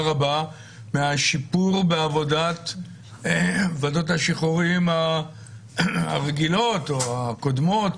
רבה מהשיפור בעבודת ועדות השחרורים הרגילות או הקודמות.